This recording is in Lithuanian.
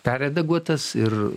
perredaguotas ir